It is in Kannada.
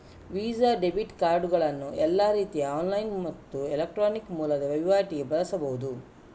ವೀಸಾ ಡೆಬಿಟ್ ಕಾರ್ಡುಗಳನ್ನ ಎಲ್ಲಾ ರೀತಿಯ ಆನ್ಲೈನ್ ಮತ್ತು ಎಲೆಕ್ಟ್ರಾನಿಕ್ ಮೂಲದ ವೈವಾಟಿಗೆ ಬಳಸ್ಬಹುದು